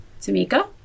Tamika